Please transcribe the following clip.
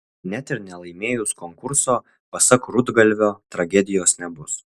net ir nelaimėjus konkurso pasak rudgalvio tragedijos nebus